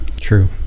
True